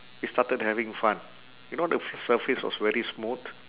we started having fun you know the surface was very smooth